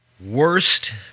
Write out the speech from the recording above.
worst